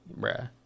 bruh